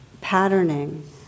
patterning